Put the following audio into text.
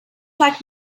let